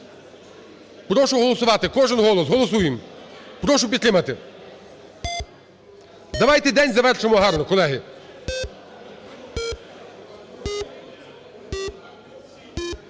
Прошу голосувати, кожен голос, голосуємо. Прошу підтримати. Давайте день завершимо гарно, колеги.